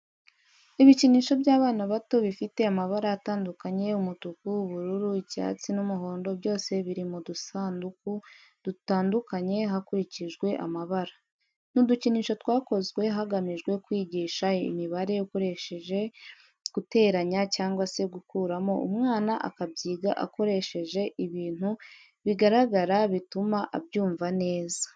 Ibikinisho by'abana bato bifite amabara atandukanye umutuku, ubururu, icyatsi n'umuhondo byose biri mu dusanduku dutandukanye hakurikije amabara. Ni udukinisho twakozwe hagamijwe kwigisha imibare ukoresheje guteranya cyangwa se gukuramo umwana akabyiga akoresheje ibintu bigaragara bituma abyumva neza.